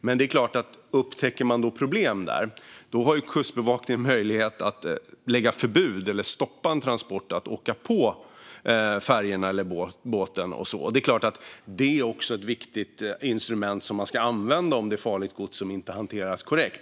Men upptäcker man problem där har Kustbevakningen möjlighet att lägga förbud eller stoppa en transport från att åka ombord på färjan eller båten. Det är också ett viktigt instrument som man ska använda om farligt gods inte hanteras korrekt.